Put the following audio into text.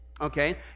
okay